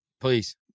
please